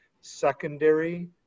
secondary